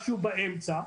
משהו באמצע,